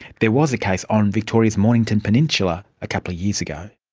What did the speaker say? there was a case on victoria's mornington peninsula a couple of years ago.